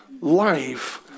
life